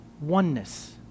oneness